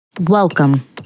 Welcome